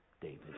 David